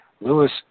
Lewis